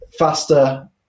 Faster